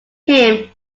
him